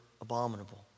abominable